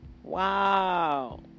wow